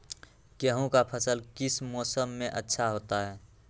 गेंहू का फसल किस मौसम में अच्छा होता है?